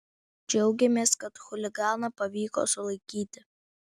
džiaugiamės kad chuliganą pavyko sulaikyti